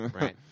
right